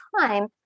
time